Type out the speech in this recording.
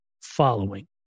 following